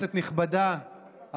כנסת נכבדה,